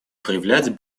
проявлять